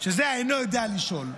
זה שאינו יודע לשאול.